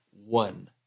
one